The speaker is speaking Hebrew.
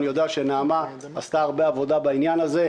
אני יודע שנעמה קאופמן פס עשתה הרבה עבודה בעניין הזה,